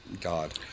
God